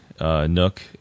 Nook